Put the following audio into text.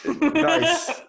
Nice